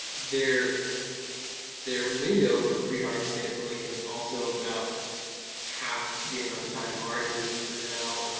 their their window for pre-harvest sampling is also about half the amount of time ours is for now.